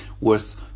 worth